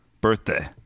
birthday